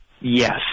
Yes